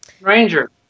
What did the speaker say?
Ranger